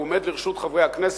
הוא עומד לרשות חברי הכנסת,